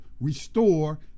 restore